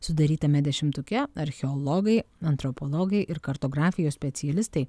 sudarytame dešimtuke archeologai antropologai ir kartografijos specialistai